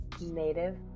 Native